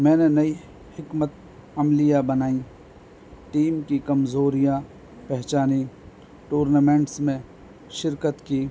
میں نے نئی حکمت عملیاں بنائیں ٹیم کی کمزوریاں پہچانی ٹورنامنٹس میں شرکت کی